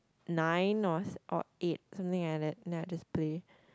nine or s~ or eight something like that then I just play